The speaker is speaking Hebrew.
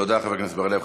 תודה, חבר הכנסת בר-לב.